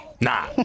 Nah